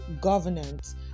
governance